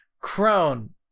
crone